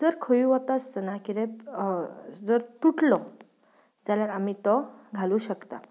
जर खंय वता आसतना कितें जर तुटलो जाल्यार आमी तो घालूं शकतात